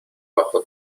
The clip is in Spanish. bajo